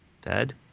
dead